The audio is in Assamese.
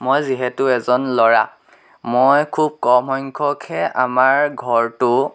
মই যিহেতু এজন ল'ৰা মই খুব কম সংখ্যকহে আমাৰ ঘৰটো